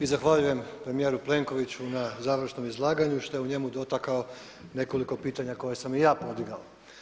I zahvaljujem premijeru Plenkoviću na završnom izlaganju, što je u njemu dotakao nekoliko pitanja koje sam i ja podigao.